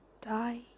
die